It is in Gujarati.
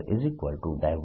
Jr0